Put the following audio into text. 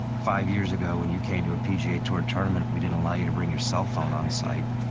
five years ago when you came to a pga tour tournament, we didn't allow you to bring your cell phone on site.